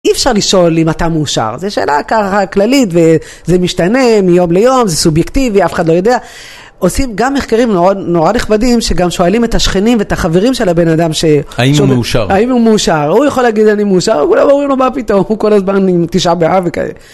אי אפשר לשאול אם אתה מאושר, זו שאלה ככה כללית וזה משתנה מיום ליום, זה סובייקטיבי, אף אחד לא יודע. עושים גם מחקרים נורא נכבדים שגם שואלים את השכנים ואת החברים של הבן אדם האם הוא מאושר, הוא יכול להגיד אני מאושר וכולם אומרים לו מה פתאום, הוא כל הזמן תשעה באב וכאלה.